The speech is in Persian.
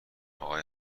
آقای